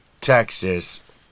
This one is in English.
Texas